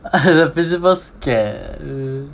the principal scared